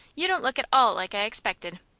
you don't look at all like i expected.